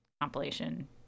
compilation